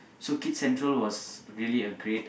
so Kids Central was really a great